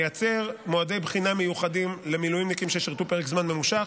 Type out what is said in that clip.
ונייצר מועדי בחינה מיוחדים למילואימניקים ששירתו פרק זמן ממושך,